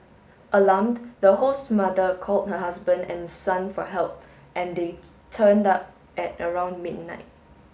alarmed the host's mother called her husband and son for help and they turned up at around midnight